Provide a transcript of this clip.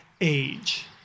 age